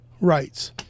rights